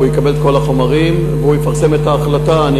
הוא יקבל את כל החומרים ויפרסם את ההחלטה.